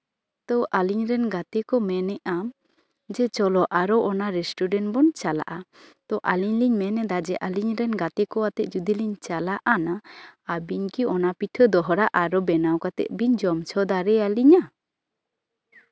ᱛᱚ ᱟᱞᱤᱧ ᱨᱮᱱ ᱜᱟᱛᱮ ᱠᱚ ᱢᱮᱱ ᱮᱜᱼᱟ ᱡᱮ ᱪᱚᱞᱚ ᱟᱨᱚ ᱚᱱᱟ ᱨᱮᱥᱴᱩᱨᱮᱱᱴ ᱵᱚᱱ ᱪᱟᱞᱟᱜᱼᱟ ᱛᱚ ᱟᱞᱤᱧ ᱞᱤᱧ ᱢᱮᱱ ᱮᱫᱟ ᱡᱮ ᱟᱞᱤᱧ ᱨᱮᱱ ᱜᱟᱛᱮ ᱠᱚ ᱟᱛᱮ ᱡᱚᱫᱤ ᱞᱤᱧ ᱪᱟᱞᱟᱜ ᱟᱱᱟ ᱟᱵᱤᱱ ᱠᱤ ᱚᱱᱟ ᱯᱤᱴᱷᱟᱹ ᱫᱚᱦᱲᱟ ᱵᱮᱱᱟᱣ ᱠᱟᱛᱮᱜ ᱟᱨᱚ ᱵᱮᱱ ᱡᱚᱢ ᱦᱚᱪᱚ ᱟᱞᱤᱧᱟ